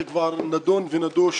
זה כבר נדון ונדוש